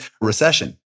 recession